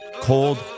cold